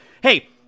Hey